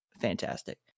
fantastic